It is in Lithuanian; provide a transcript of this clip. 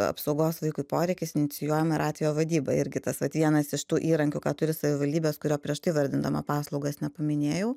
apsaugos vaikui poreikis inicijuojama yra atvejo vadyba irgi tas vienas iš tų įrankių ką turi savivaldybės kurio prieš tai vardindama paslaugas nepaminėjau